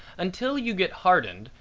until you get hardened,